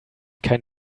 kein